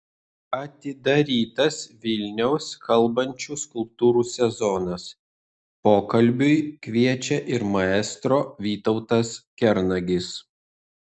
atidarytas vilniaus kalbančių skulptūrų sezonas pokalbiui kviečia ir maestro vytautas kernagis